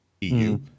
EU